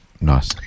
Nice